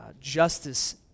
justice